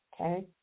Okay